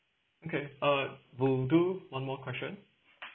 okay uh we'll do one more question